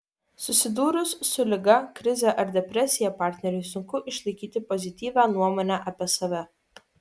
susidūrus su liga krize ar depresija partneriui sunku išlaikyti pozityvią nuomonę apie save